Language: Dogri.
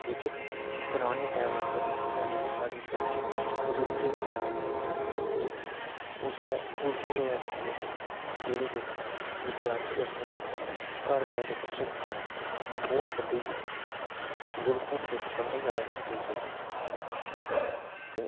जेह्के पराने टैम पर यानि किि साढ़े जेह्के बजुर्ग दे टैम पर जेह्के उसलै गुरूकुल होआ करदे हे जेह्दे बिच विद्यार्थी अपने घर दा जेह्का सुख चैन ऐ ओह् छड्डियै गुरूकुल च पढ़ने ई जाया करदे सी गे